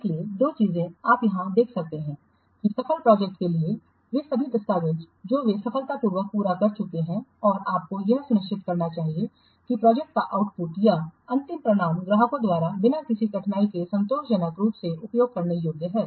इसलिए दो चीजें आप यहां देख सकते हैं कि सफल प्रोजेक्टओं के लिए वे सभी दस्तावेज जो वे सफलतापूर्वक पूरा कर चुके हैं और आपको यह सुनिश्चित करना चाहिए कि प्रोजेक्ट का आउटपुट या अंतिम परिणाम ग्राहकों द्वारा बिना किसी कठिनाई के संतोषजनक रूप से उपयोग करने योग्य है